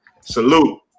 salute